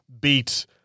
beat